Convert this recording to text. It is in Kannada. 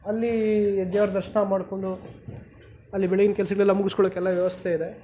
ಅಲ್ಲಿ ದೇವ್ರ ದರ್ಶನ ಮಾಡಿಕೊಂಡು ಅಲ್ಲಿ ಬೆಳಗಿನ ಕೆಲ್ಸಗ್ಳೆಲ್ಲ ಮುಗಿಸ್ಕೊಳೋಕೆಲ್ಲ ವ್ಯವಸ್ಥೆ ಇದೆ